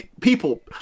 people